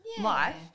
life